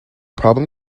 problem